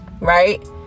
Right